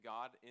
God